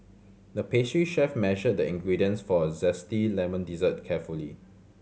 the pastry chef measured the ingredients for a zesty lemon dessert carefully